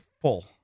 full